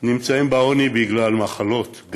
נמצאים בעוני גם בגלל מחלות.